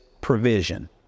provision